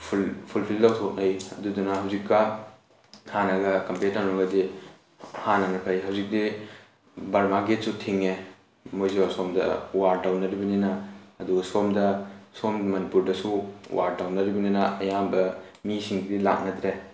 fulfil ꯇꯧꯊꯣꯛꯅꯩ ꯑꯗꯨꯗꯨꯅ ꯍꯧꯖꯤꯛꯀꯥꯟ ꯍꯥꯟꯅꯒ ꯀꯝꯄꯤꯌꯔ ꯇꯧꯅꯔꯨꯔꯒꯗꯤ ꯍꯥꯟꯅꯒ ꯀꯩ ꯍꯧꯖꯤꯛꯇꯤ ꯕꯔꯃꯥ ꯒꯦꯠꯁꯨ ꯊꯤꯡꯉꯦ ꯃꯣꯏꯁꯨ ꯑꯁꯣꯝꯗ ꯋꯥꯔ ꯇꯧꯅꯔꯤꯕꯅꯤꯅ ꯑꯗꯨꯒ ꯁꯣꯝꯗ ꯁꯣꯝ ꯃꯅꯤꯄꯨꯔꯗꯁꯨ ꯋꯥꯔ ꯇꯧꯅꯔꯤꯕꯅꯤꯅ ꯑꯌꯥꯝꯕ ꯃꯤꯁꯤꯡꯁꯤ ꯂꯥꯛꯅꯗ꯭ꯔꯦ